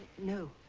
no